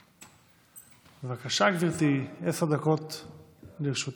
בבקשה, גברתי, עשר דקות לרשותך.